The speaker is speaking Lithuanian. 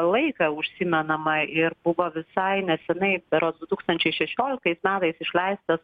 laiką užsimenama ir buvo visai nesenai berods du tūkstančiai šešioliktais metais išleistas